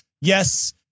Yes